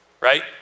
Right